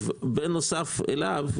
בנוסף אליו,